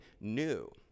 new